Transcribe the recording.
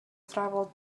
travel